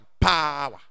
power